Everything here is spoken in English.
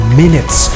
minutes